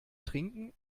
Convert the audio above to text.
trinken